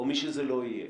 או מי שזה לא יהיה,